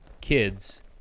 kids